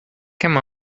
come